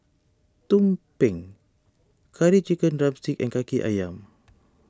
Tumpeng Curry Chicken Drumstick and Kaki Ayam